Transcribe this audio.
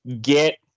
get